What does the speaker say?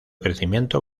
crecimiento